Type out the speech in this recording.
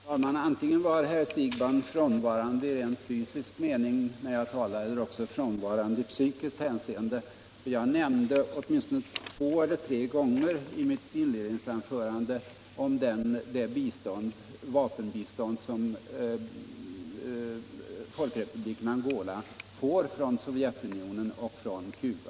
Herr talman! Antingen var herr Siegbahn frånvarande i rent fysisk mening när jag talade eller också var han frånvarande i psykiskt hänseende. I mitt inledningsanförande nämnde jag åtminstone två eller tre gånger det vapenbistånd som Folkrepubliken Angola får från Sovjetunionen och Cuba.